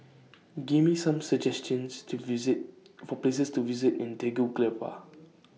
Give Me Some suggestions to visit For Places to visit in Tegucigalpa